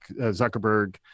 Zuckerberg